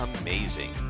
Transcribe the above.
amazing